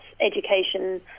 education